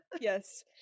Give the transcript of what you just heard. Yes